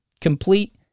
Complete